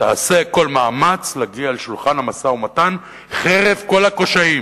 תעשה כל מאמץ להגיע לשולחן המשא-ומתן חרף כל הקשיים.